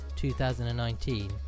2019